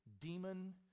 demon